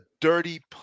dirty